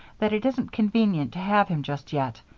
that it isn't convenient to have him just yet,